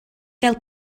gael